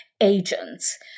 agents